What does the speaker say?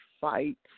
fight